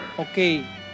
Okay